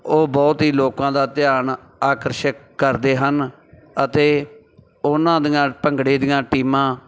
ਉਹ ਬਹੁਤ ਹੀ ਲੋਕਾਂ ਦਾ ਧਿਆਨ ਆਕਰਸ਼ਿਤ ਕਰਦੇ ਹਨ ਅਤੇ ਉਹਨਾਂ ਦੀਆਂ ਭੰਗੜੇ ਦੀਆਂ ਟੀਮਾਂ